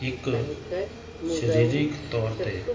ਇੱਕ ਸਰੀਰਕ ਤੌਰ ਤੇ